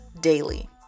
daily